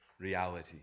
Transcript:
reality